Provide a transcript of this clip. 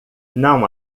não